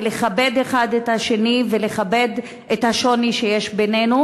ולכבד אחד את השני ולכבד את השוני שיש בינינו,